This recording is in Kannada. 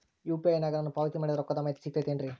ಯು.ಪಿ.ಐ ನಾಗ ನಾನು ಪಾವತಿ ಮಾಡಿದ ರೊಕ್ಕದ ಮಾಹಿತಿ ಸಿಗುತೈತೇನ್ರಿ?